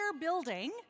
building